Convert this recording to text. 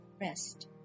rest